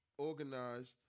organized